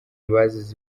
bazize